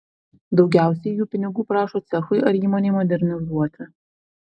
daugiausiai jų pinigų prašo cechui ar įmonei modernizuoti